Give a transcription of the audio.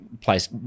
place